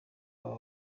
baba